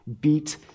Beat